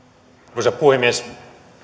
arvoisa puhemies